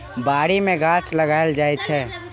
बारी मे गाछ लगाएल जाइ छै